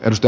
risto